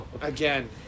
Again